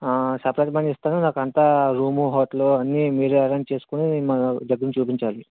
ఆ separate money ఇస్తాను నాకంతా రూము హోటలూ అన్నీ మీరే అరేంజ్ చేసుకుని దగ్గరుండి చూపించాలి